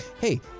hey